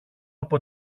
από